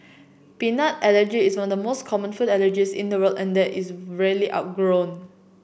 peanut allergy is one of the most common food allergies in the world and one that is rarely outgrown